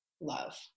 love